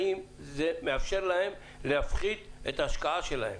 האם זה מאפשר להן להפחית את ההשקעה שלהן?